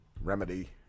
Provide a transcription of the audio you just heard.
remedy